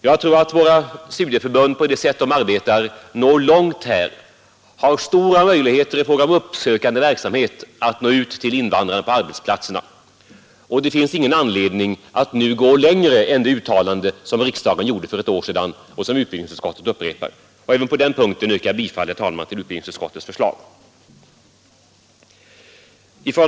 Jag tror att våra studieförbund har stora möjligheter att nå ut till invandrarna på arbetsplatserna, varför det nu inte finns någon anledning att gå längre än i det uttalande som riksdagen gjorde för ett år sedan och som utbildningsutskottet upprepar. Även på den punkten yrkar jag bifall, herr talman, till utskottets förslag.